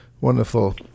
Wonderful